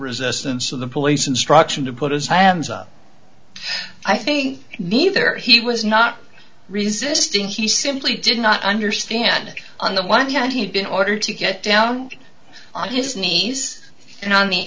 resistance of the police instruction to put his hands up i think neither he was not resisting he simply did not understand it on the one hand he had been ordered to get down on his knees and on the